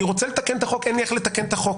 אני רוצה לתקן את החוק, אין לי איך לתקן את החוק.